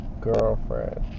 girlfriend